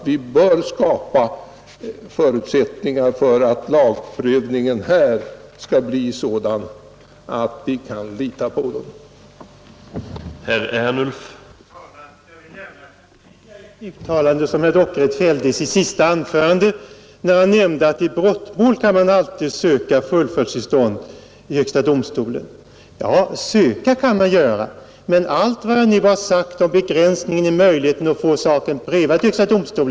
Vi bör skapa förutsättningar för att lagprövningen skall bli sådan att den enskilde kan lita på den i alla instanser och då är prejudikattolkningen mycket viktig.